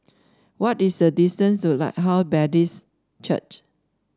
what is the distance to Lighthouse Baptist Church